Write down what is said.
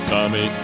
Tommy